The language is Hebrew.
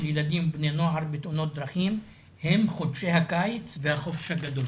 ילדים ובני נוער בתאונות דרכים היא חודשי הקיץ והחופש הגדול,